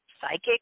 psychic